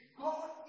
God